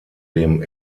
dem